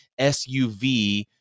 SUV